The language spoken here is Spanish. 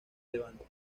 levanta